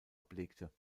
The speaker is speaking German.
ablegte